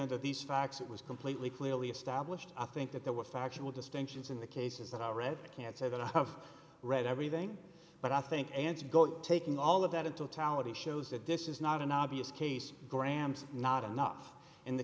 under these facts it was completely clearly established i think that there were factual distinctions in the cases that already i can't say that i have read everything but i think answered go taking all of that in totality shows that this is not an obvious case grams not enough in the